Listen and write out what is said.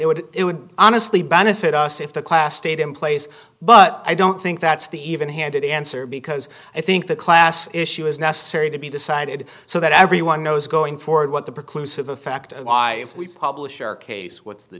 it would it would honestly benefit us if the class stayed in place but i don't think that's the even handed the answer because i think the class issue is necessary to be decided so that everyone knows going forward what the preclude the fact of why we publish our case what's the